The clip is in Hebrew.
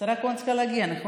השרה כהן צריכה להגיע, נכון?